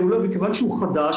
מכיוון שהוא חדש,